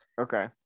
Okay